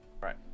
Right